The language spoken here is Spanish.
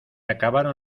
acabaron